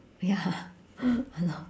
ya ya lor